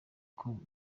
uko